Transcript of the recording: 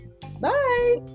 Bye